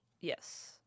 Yes